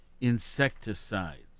insecticides